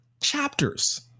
Chapters